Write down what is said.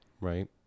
Right